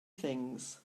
things